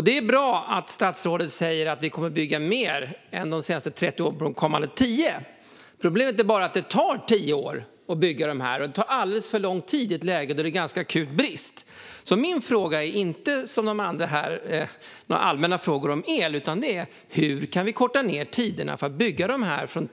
Det är bra att statsrådet säger att vi under kommande tio år kommer att bygga mer än vad vi gjort under de senaste 30 åren. Problemet är bara att det tar tio år att bygga detta. Det tar alldeles för lång tid i ett läge där bristen är akut. Min fråga är inte densamma som från några av de andra här, som hade några allmänna frågor om el. Jag undrar hur vi kan korta ned tiderna för att bygga detta från